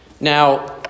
Now